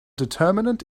determinant